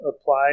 Apply